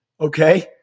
okay